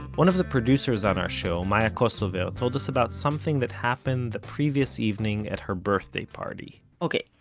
one of the producers on our show, maya kosover, told us about something that happened the previous evening at her birthday party ok,